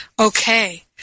Okay